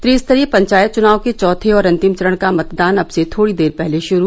त्रिस्तरीय पंचायत चुनाव के चौथे और अंतिम चरण का मतदान अब से थोड़ी देर पहले शुरू